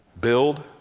Build